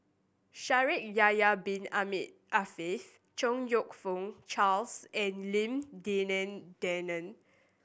Shaikh Yahya Bin Ahmed Afifi Chong You Fook Charles and Lim Denan Denon